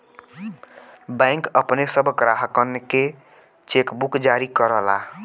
bank अपने सब ग्राहकनके चेकबुक जारी करला